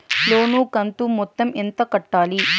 లోను కంతు మొత్తం ఎంత కట్టాలి?